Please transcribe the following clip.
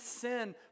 sin